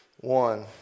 One